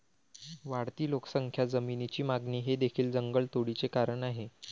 वाढती लोकसंख्या, जमिनीची मागणी हे देखील जंगलतोडीचे कारण आहे